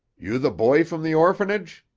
you the boy from the orphanage?